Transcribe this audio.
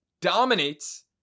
dominates